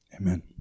amen